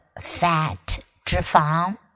Fat,脂肪